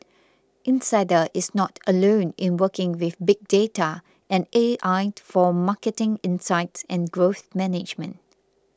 insider is not alone in working with big data and A I for marketing insights and growth management